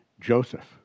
Joseph